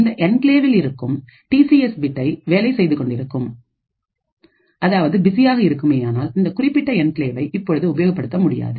இந்த என்கிளேவ இல் இருக்கும் டி சி எஸ் பிட் ஐ வேலை செய்து கொண்டிருக்கின்றது அதாவது பிஸியாக இருக்குமானால் இந்த குறிப்பிட்ட என்கிளேவை இப்பொழுது உபயோகப்படுத்த முடியாது